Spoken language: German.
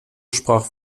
sprach